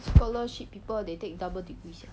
scholarship people they take double degree sia